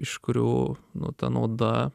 iš kurių nu ta nauda